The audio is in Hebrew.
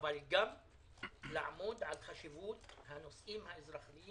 אך גם לעמוד על חשיבות הנושאים האזרחיים